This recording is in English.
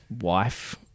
wife